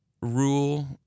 rule